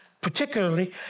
particularly